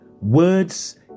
Words